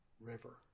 river